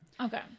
Okay